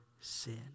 sin